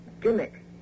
gimmick